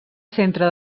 centre